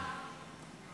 צבא הגנה לישראל),